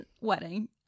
wedding